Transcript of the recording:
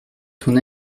ton